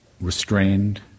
restrained